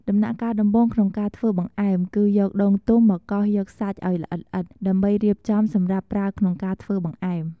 ដំណាក់កាលដំបូងក្នុងការធ្វើបង្អែម គឺយកដូងទុំមកកោសយកសាច់ឱ្យល្អិតៗ ដើម្បីរៀបចំសម្រាប់ប្រើក្នុងការធ្វើបង្អែម។